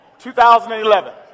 2011